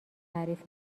تعریف